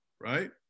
right